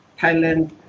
Thailand